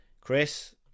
Chris